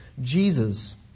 Jesus